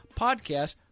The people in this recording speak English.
podcast